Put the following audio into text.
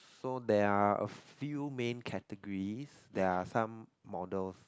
so they are a few main categories they are some models